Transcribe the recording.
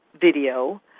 video